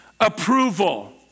approval